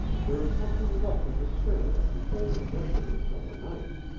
there is something left of the spirit of the old adventurers and the knights.